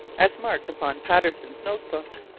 as marked upon patterson's note-book.